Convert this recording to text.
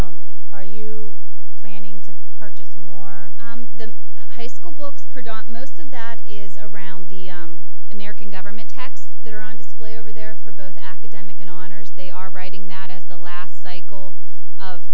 only are you planning to purchase more the high school books most of that is around the american government tax that are on display over there for both academic and honors they are writing that as the last cycle of